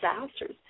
disasters